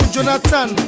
Jonathan